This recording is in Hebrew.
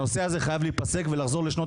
הנושא הזה חייב להיפסק ולחזור לשנות